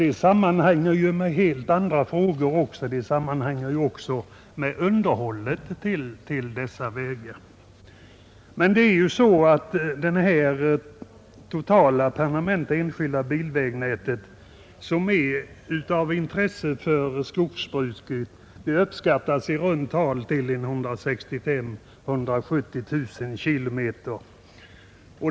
Den sammanhänger ju också med helt andra frågor, nämligen med underhållet till dessa vägar. Det totala permanenta bilvägnät som är av intresse för skogsbruket uppskattas till i runt tal 165 000-170 000 km.